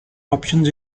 options